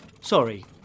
Sorry